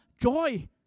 joy